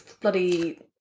bloody